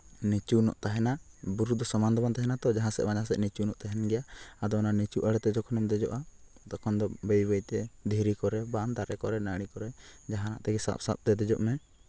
ᱱᱤᱪᱩ ᱧᱚᱜ ᱛᱟᱦᱮᱱᱟ ᱵᱩᱨᱩ ᱫᱚ ᱥᱚᱢᱟᱱ ᱫᱚ ᱵᱟᱝ ᱛᱟᱦᱮᱱᱟ ᱛᱚ ᱡᱟᱦᱟᱸ ᱥᱮᱫ ᱵᱟᱝ ᱡᱟᱦᱟᱸ ᱥᱮᱫ ᱱᱤᱪᱩ ᱧᱚᱜ ᱛᱟᱦᱮᱱ ᱜᱮᱭᱟ ᱟᱫᱚ ᱚᱱᱟ ᱱᱤᱪᱩ ᱟᱲᱮ ᱛᱮ ᱡᱚᱠᱷᱚᱱᱮᱢ ᱫᱮᱡᱚᱜᱼᱟ ᱛᱤᱠᱷᱚᱱ ᱫᱚ ᱵᱟᱹᱭ ᱵᱟᱹᱭᱛᱮ ᱫᱷᱤᱨᱤ ᱠᱚᱨᱮ ᱵᱟᱝ ᱫᱟᱨᱮ ᱠᱚᱨᱮ ᱱᱟᱹᱲᱤ ᱠᱚᱨᱮ ᱡᱟᱦᱟᱱᱟᱜ ᱛᱮᱜᱮ ᱥᱟᱵ ᱥᱟᱵᱛᱮ ᱫᱮᱡᱚᱜ ᱢᱮ